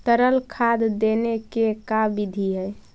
तरल खाद देने के का बिधि है?